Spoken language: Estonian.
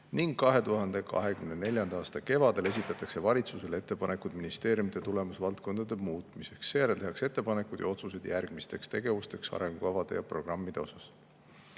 ning 2024. aasta kevadel esitatakse valitsusele ettepanekud ministeeriumide tulemusvaldkondade muutmiseks. Seejärel tehakse ettepanekud ja otsused järgmisteks tegevusteks arengukavade ja programmide kohta.